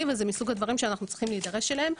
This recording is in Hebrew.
וזה מסוג הדברים שאנחנו צריכים להידרש אליהם,